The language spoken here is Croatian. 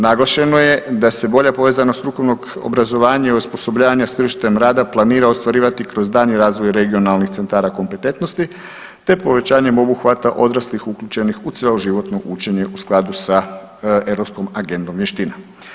Naglašeno je da se bolja povezanost strukovnog obrazovanja i osposobljavanja s tržištem rada planira ostvarivati kroz daljnji razvoj regionalnih centara kompetentnosti te povećanjem obuhvata odraslih uključenih u cjeloživotno učenje u skladu sa europskom agendom vještina.